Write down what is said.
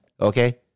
Okay